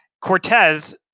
Cortez